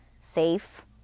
safe